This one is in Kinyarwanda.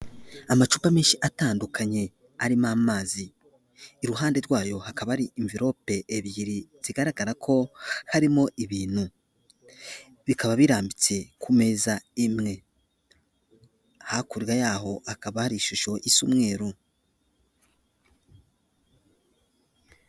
Amacupa menshi atandukanye arimo amazi iruhande rwayo hakaba ari amverope ebyiri zigaragara ko harimo ibintu, bikaba birambitse ku meza imwe hakurya yaho hakaba hari ishusho isa umweru.